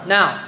Now